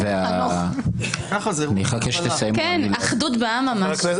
ממש אחדות בעם.